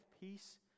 peace